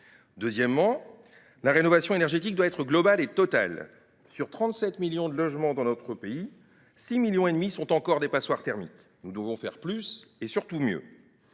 d’ingénierie. La rénovation énergétique doit ensuite être globale et totale. Sur 37 millions de logements dans notre pays, 6,5 millions sont encore des passoires thermiques. Nous devons faire plus et surtout mieux.